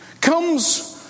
comes